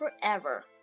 forever